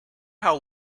how